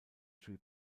tree